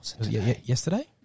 yesterday